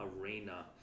arena